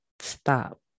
stop